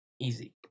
easy